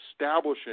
establishing